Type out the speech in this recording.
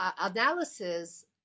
analysis